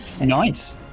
Nice